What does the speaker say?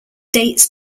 dates